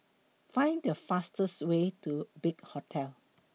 Find The fastest Way to Big Hotel